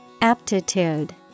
Aptitude